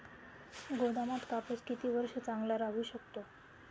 गोदामात कापूस किती वर्ष चांगला राहू शकतो?